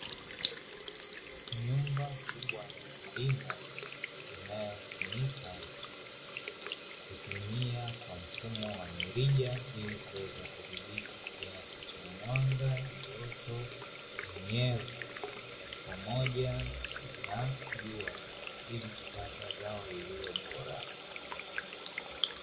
Nyumba kubwa ya kilimo, inayotumika kulimia kwa mfumo wa mirija ili kuweza kudhibiti kiasi cha mwanga, joto, unyevu pamoja na jua ili kupata zao lililo bora.